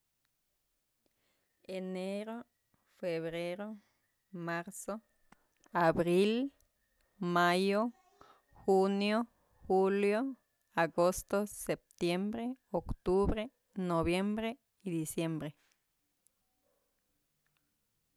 Enero, febrero, marzo, abril, mayo, junio, julio, agosto, septiembre, octubre, noviembre, diciembre.